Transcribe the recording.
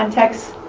context.